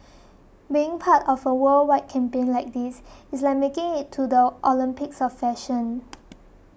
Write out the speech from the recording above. being part of a worldwide campaign like this it's like making it to the Olympics of fashion